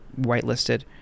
whitelisted